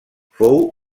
fou